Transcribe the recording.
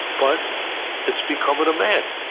but it's becoming a man.